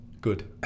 Good